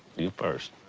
you first.